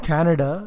Canada